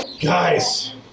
Guys